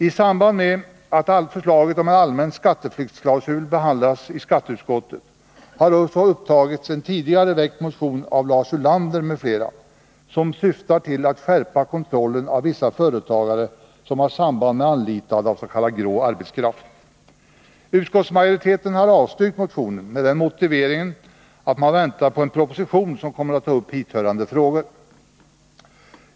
I samband med att förslaget om en allmän skatteflyktsklausul behandlats i skatteutskottet har också upptagits en tidigare väckt motion av Lars Ulander m.fl., syftande till att skärpa kontrollen av vissa företagare som har samband med anlitande av s.k. grå arbetskraft. Utskottsmajoriteten har avstyrkt motionen med den motiveringen att man väntar på en proposition som kommer att behandla hithörande frågor.